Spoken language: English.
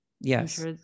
Yes